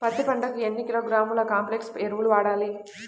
పత్తి పంటకు ఎన్ని కిలోగ్రాముల కాంప్లెక్స్ ఎరువులు వాడాలి?